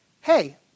hey